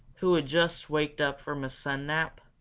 who had just waked up from a sun nap.